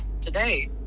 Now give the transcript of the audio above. today